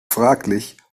fraglich